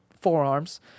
forearms